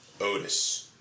Otis